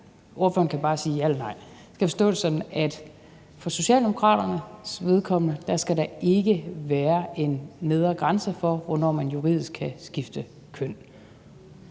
ordføreren kan bare sige ja eller nej – at for Socialdemokratiets vedkommende skal der ikke være en nedre grænse for, hvornår man juridisk kan skifte køn?